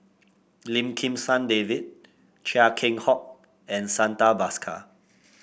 Lim Kim San David Chia Keng Hock and Santha Bhaskar